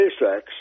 SpaceX